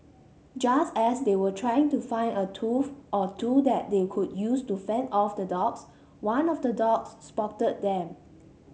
just as they were trying to find a tool or two that they could use to fend off the dogs one of the dogs spotted them